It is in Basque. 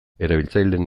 erabiltzaileen